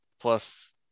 plus